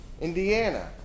Indiana